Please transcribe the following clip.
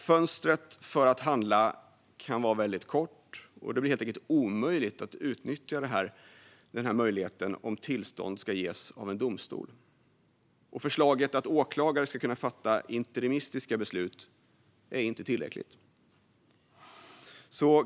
Fönstret för att handla kan vara litet och därmed omöjligt att utnyttja om tillstånd ska ges av en domstol. Förslaget att åklagare ska kunna fatta interimistiska beslut är inte tillräckligt.